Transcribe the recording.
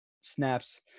snaps